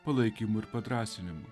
palaikymo ir padrąsinimo